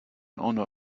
honor